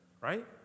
right